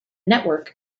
network